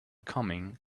coming